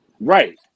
right